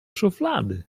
szuflady